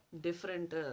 different